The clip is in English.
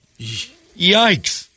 Yikes